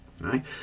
right